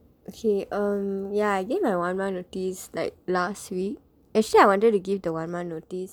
okay um ya I gave my one month notice like last week actually I wanted to give the one month notice